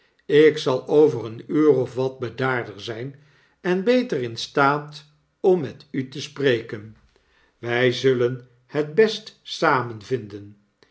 ik zal over een uur of wat bedaarder zijn en beter in staat om met u te spreken wij zullen het best samen vinden